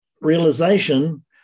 realization